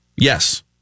Yes